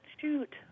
shoot